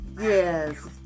Yes